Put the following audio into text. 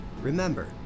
Remember